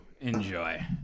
enjoy